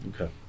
Okay